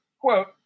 Quote